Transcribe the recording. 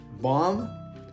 bomb